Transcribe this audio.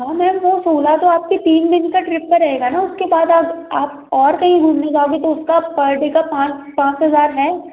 हाँ मैम वह सोलह तो आपकी तीन दिन का ट्रिप पर रहेगा ना उसके बाद आप आप और कहीं घूमने जाओगे तो उसका पैसा पैर डे का पाँच पाँच हज़ार है